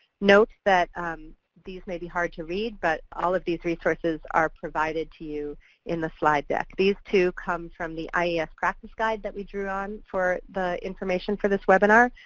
note that these may be hard to read, but all of these resources are provided to you in the slide deck. these two come from the ies practice guide that we drew on for the information for this webinar,